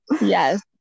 yes